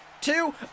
two